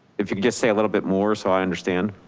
if you could just say a little bit more. so i understand,